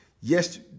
yes